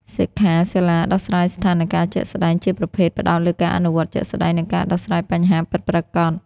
សិក្ខាសាលាដោះស្រាយស្ថានការណ៍ជាក់ស្តែង ជាប្រភេទផ្តោតលើការអនុវត្តជាក់ស្តែង និងការដោះស្រាយបញ្ហាពិតប្រាកដ។